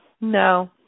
No